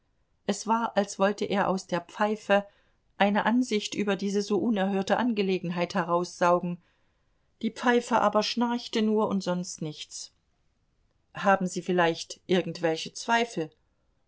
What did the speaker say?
es war als wollte er aus der pfeife eine ansicht über diese so unerhörte angelegenheit heraussaugen die pfeife aber schnarchte nur und sonst nichts haben sie vielleicht irgendwelche zweifel